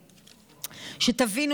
שתבינו,